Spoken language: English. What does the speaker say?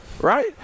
right